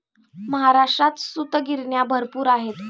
महाराष्ट्रात सूतगिरण्या भरपूर आहेत